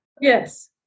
Yes